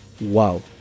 Wow